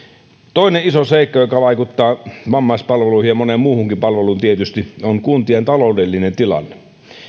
toinen iso seikka joka vaikuttaa vammaispalveluihin ja moneen muuhunkin palveluun tietysti on kuntien taloudellinen tilanne